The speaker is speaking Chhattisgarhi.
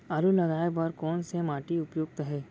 आलू लगाय बर कोन से माटी उपयुक्त हे?